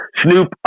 Snoop